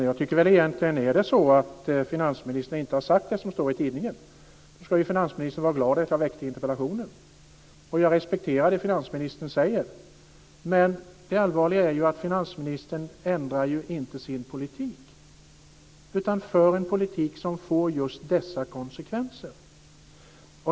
Fru talman! Är det så att finansministern inte har sagt det som står i tidningen ska finansministern vara glad att jag väckte interpellationen. Jag respekterar det finansministern säger. Men det allvarliga är att finansministern inte ändrar sin politik utan för en politik som får just dessa konsekvenser.